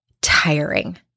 tiring